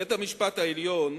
בית-המשפט העליון